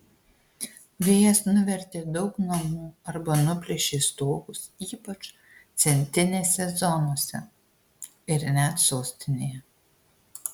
vėjas nuvertė daug namų arba nuplėšė stogus ypač centinėse zonose ir net sostinėje